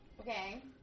Okay